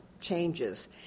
changes